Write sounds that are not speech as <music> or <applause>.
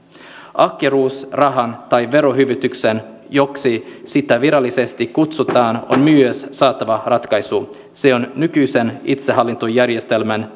ahkeruusrahaan tai verohyvitykseen joksi sitä virallisesti kutsutaan on myös saatava ratkaisu se on nykyiseen itsehallintojärjestelmään <unintelligible>